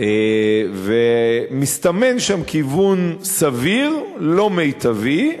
ומסתמן שם כיוון סביר, לא מיטבי.